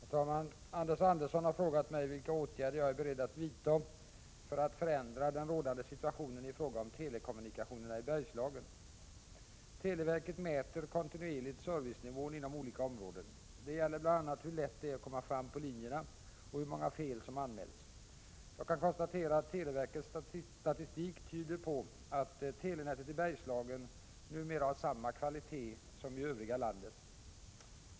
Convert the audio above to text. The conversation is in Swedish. Herr talman! Anders Andersson har frågat mig vilka åtgärder jag är beredd att vidta för att förändra den rådande situationen i fråga om telekommunikationerna i Bergslagen. Televerket mäter kontinuerligt servicenivån inom olika områden. Det gäller bl.a. hur lätt det är att komma fram på linjerna och hur många fel som anmäls. Jag kan konstatera att televerkets statistik tyder på att telenätet i Bergslagen numera har samma kvalitet som i övriga landet.